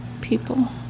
people